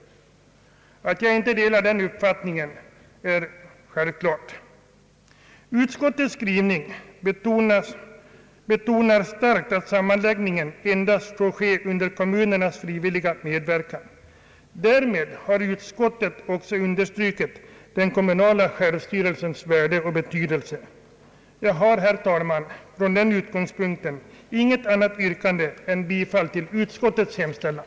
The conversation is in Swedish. Att jag inte delar den uppfattningen är självklart. Utskottets skrivning betonar starkt att sammanläggningen endast får ske under kommunernas frivilliga medverkan. Därmed har utskottet också understrukit den kommunala självstyrelsens värde och betydelse. Jag har, herr talman, från den utgångspunkten intet annat yrkande än om bifall till utskottets hemställan.